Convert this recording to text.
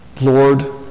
Lord